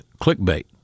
clickbait